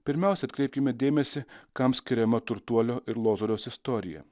pirmiausia atkreipkime dėmesį kam skiriama turtuolio ir lozoriaus istorija